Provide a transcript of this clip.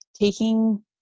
taking